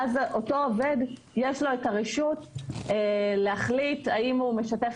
ואז אותו עובד יש לו את הרשות להחליט האם הוא משתף